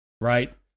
right